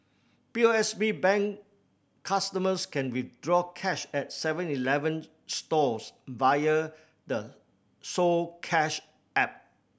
P O S B Bank customers can withdraw cash at Seven Eleven stores via the so Cash app